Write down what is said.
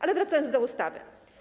Ale wracając do ustawy.